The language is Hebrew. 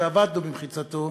שעבדנו במחיצתו,